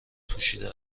پوشیده